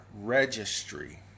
registry